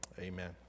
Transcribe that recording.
amen